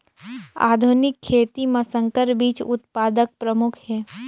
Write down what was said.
आधुनिक खेती म संकर बीज उत्पादन प्रमुख हे